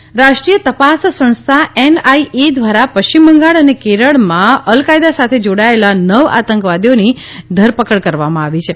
NIA રાષ્ટ્રીય તપાસ સંસ્થા એનઆઇએ ધ્વારા પશ્ચિમ બંગાળ અને કેરળમાં અલ કાયદા સાથે જોડાયેલા નવ આતંકવાદીઓની ધરપકડ કરવામાં આવી છે